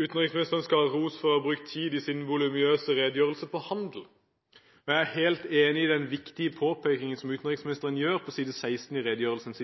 Utenriksministeren skal ha ros for i sin voluminøse redegjørelse å ha brukt tid på handel. Jeg er helt enig i den viktige påpekingen som utenriksministeren gjør på side 16 i redegjørelsen: